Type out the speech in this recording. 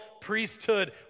priesthood